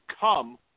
come